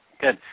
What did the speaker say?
Good